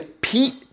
Pete